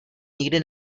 nikdy